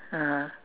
(uh huh)